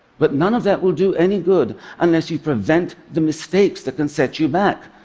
but none of that will do any good unless you prevent the mistakes that can set you back,